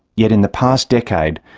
yet in the past decade,